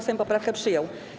Sejm poprawkę przyjął.